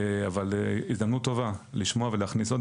אבל הזדמנות טובה לשמוע ולהכניס עוד.